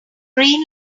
green